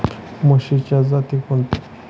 म्हशीच्या जाती कोणत्या?